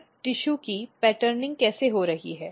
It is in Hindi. फिर टिशू की पेटर्निंग कैसे हो रही है